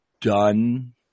done